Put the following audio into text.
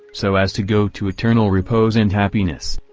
so as to go to eternal repose and happiness.